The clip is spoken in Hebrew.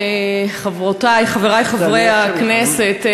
חברותי וחברי חברי הכנסת,